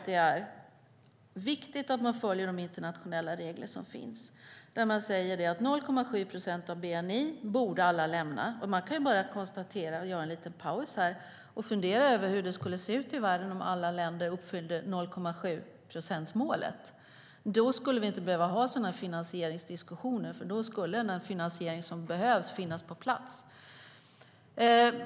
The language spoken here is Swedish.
Det är viktigt att vi följer de internationella regler som finns om att alla bör lämna 0,7 procent av bni. Låt oss fundera på hur det skulle se ut i världen om alla länder uppfyllde 0,7-procentsmålet.